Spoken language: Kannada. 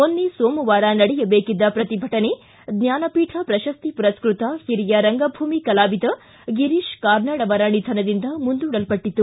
ಮೊನ್ನೆ ಸೋಮವಾರ ನಡೆಯಬೇಕಿದ್ದ ಪ್ರತಿಭಟನೆ ಜ್ವಾನಪೀಠ ಪ್ರಶಸ್ತಿ ಪುರಸ್ಕತ ಹಿರಿಯ ರಂಗಭೂಮಿ ಕಲಾವಿದ ಗಿರೀತ್ ಕಾರ್ನಾಡ್ ಅವರ ನಿಧನದಿಂದ ಮುಂದೂಡಲ್ಪಟ್ಟತ್ತು